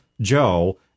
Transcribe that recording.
Joe